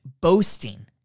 boasting